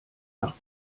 nach